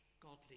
Godly